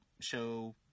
show